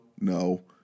no